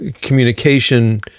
communication